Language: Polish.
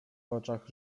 oczach